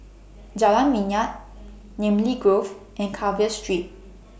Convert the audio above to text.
Jalan Minyak Namly Grove and Carver Street